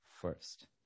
first